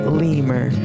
lemur